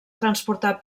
transportar